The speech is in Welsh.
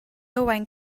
owain